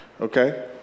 Okay